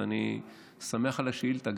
ואני שמח על השאילתה.